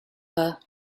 her